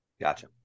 Gotcha